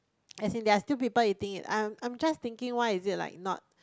as in there are still people eating it I'm I'm just thinking like why is it like not